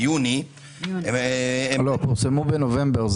--- לא, לא, פורסמו בנובמבר.